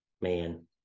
Man